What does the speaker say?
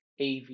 AV